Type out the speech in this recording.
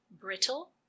brittle